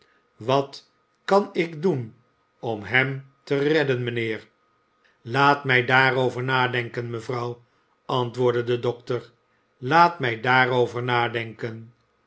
wat kan ik doen om hem te redden mijnheer laat mij daarover nadenken mevrouw antwoordde de dokter laat mij daarover nadenken